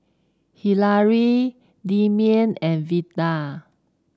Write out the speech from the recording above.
Hillary Demian and Veda